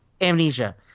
Amnesia